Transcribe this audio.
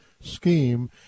scheme